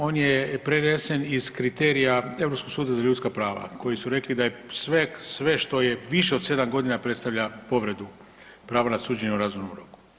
On je prenesen iz kriterija Europskog suda za ljudska prava, koji su rekli da je sve što je više od 7 godina predstavlja povredu prava na suđenje u razumnom roku.